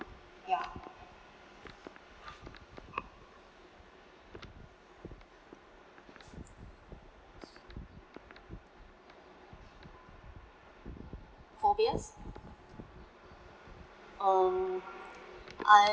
ya phobias um I'm